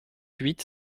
huit